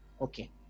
Okay